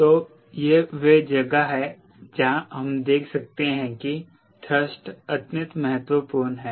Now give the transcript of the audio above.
तो यह वह जगह है जहाँ आप देख सकते हैं कि थ्रस्ट अत्यंत महत्वपूर्ण है